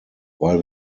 weil